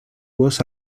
was